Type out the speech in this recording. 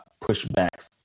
pushbacks